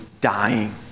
dying